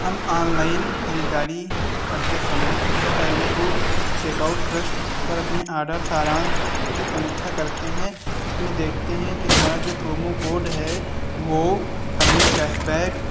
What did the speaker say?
हम ऑनलाइन खरीददारी करते समय सबसे पहले वो चेक आउट पृष्ठ पर अपनी ऑर्डर सारांश की समीक्षा करते हैं उसमें देखते हैं कि हमारा जो प्रोमो कोड है वो हमें कैशबैक